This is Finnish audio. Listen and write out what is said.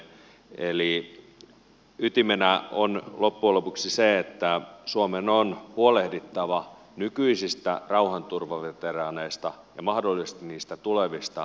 eli ytimenä on loppujen lopuksi se että suomen on huolehdittava nykyisistä rauhanturvaveteraaneista ja mahdollisesti niistä tulevista